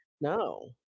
No